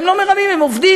הם לא מרמים הם עובדים.